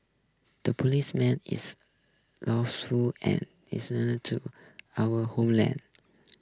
the policeman is and to our homeland